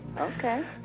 Okay